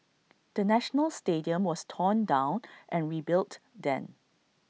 the national stadium was torn down and rebuilt then